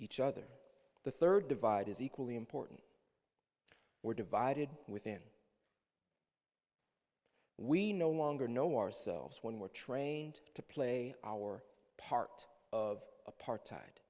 each other the third divide is equally important we're divided within we no longer know ourselves when we're trained to play our part of apartheid